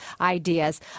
ideas